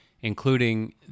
including